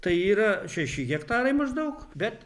tai yra šeši hektarai maždaug bet